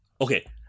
okay